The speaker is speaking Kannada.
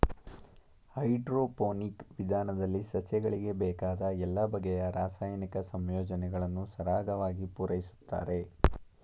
ಹೈಡ್ರೋಪೋನಿಕ್ ವಿಧಾನದಲ್ಲಿ ಸಸ್ಯಗಳಿಗೆ ಬೇಕಾದ ಎಲ್ಲ ಬಗೆಯ ರಾಸಾಯನಿಕ ಸಂಯೋಜನೆಗಳನ್ನು ಸರಾಗವಾಗಿ ಪೂರೈಸುತ್ತಾರೆ